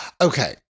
Okay